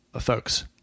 folks